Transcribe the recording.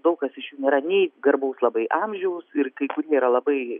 daug kas iš jų nėra nei garbaus labai amžiaus ir kai kurie yra labai